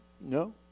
No